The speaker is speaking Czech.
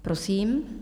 Prosím.